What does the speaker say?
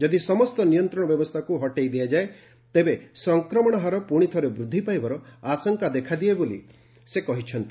ଯଦି ସମସ୍ତ ନିୟନ୍ତ୍ରଣ ବ୍ୟବସ୍ଥାକୁ ହଟେଇ ଦିଆଯାଏ ତେବେ ସଫକ୍ରମଣ ହାର ପୁଣିଥରେ ବୃଦ୍ଧି ପାଇବାର ଆଶଙ୍କା ଦେଖାଦିଏ ବୋଲି ସେ କହିଛନ୍ତି